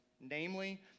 Namely